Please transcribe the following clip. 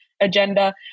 agenda